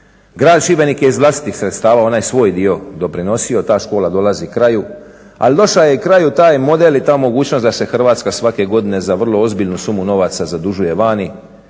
Grad Šibenik je iz vlastitih sredstava onaj svoj dio doprinosio. Ta škola dolazi kraju. Ali došao je i kraju taj model i ta mogućnost da se Hrvatska svake godine za vrlo ozbiljnu sumu novaca zadužuje vani.